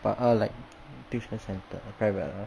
but or like tuition centre private ah